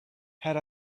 had